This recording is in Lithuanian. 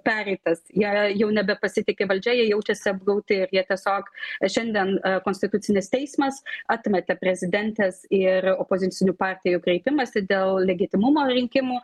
pereitas jie jau nebepasitiki valdžia jie jaučiasi apgauti ir jie tiesiog šiandien konstitucinis teismas atmetė prezidentės ir opozicinių partijų kreipimąsi dėl legitimumo rinkimų